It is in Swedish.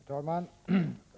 Herr talman!